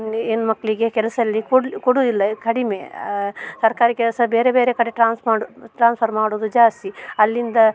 ಹೆಣ್ಮಕ್ಳಿಗೆ ಕೆಲಸಲ್ಲಿ ಕೊಡು ಕೊಡುವುದಿಲ್ಲ ಕಡಿಮೆ ಸರ್ಕಾರಿ ಕೆಲಸ ಬೇರೆ ಬೇರೆ ಕಡೆ ಟ್ರಾನ್ಸ್ ಮಾಡು ಟ್ರಾನ್ಸ್ಫರ್ ಮಾಡುವುದು ಜಾಸ್ತಿ ಅಲ್ಲಿಂದ